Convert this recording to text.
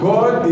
God